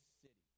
city